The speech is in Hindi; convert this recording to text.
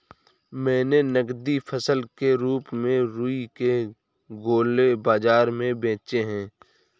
मैंने नगदी फसल के रूप में रुई के गोले बाजार में बेचे हैं